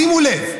שימו לב: